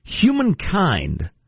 humankind